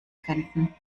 finden